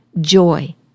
joy